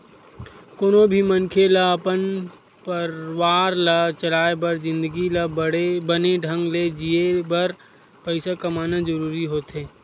कोनो भी मनखे ल अपन परवार ला चलाय बर जिनगी ल बने ढंग ले जीए बर पइसा कमाना जरूरी होथे